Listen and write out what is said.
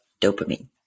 dopamine